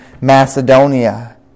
Macedonia